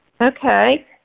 Okay